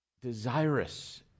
desirous